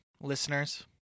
Listeners